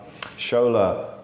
Shola